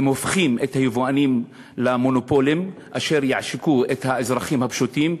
הם הופכים את היבואנים למונופולים אשר יעשקו את האזרחים הפשוטים,